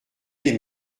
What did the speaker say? des